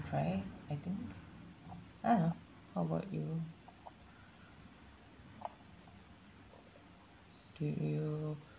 cry I think I don't know how about you do you